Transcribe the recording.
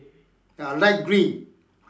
ya light green